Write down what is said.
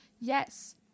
Yes